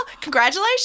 congratulations